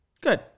Good